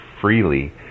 freely